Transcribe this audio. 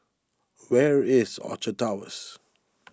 where is Orchard Towers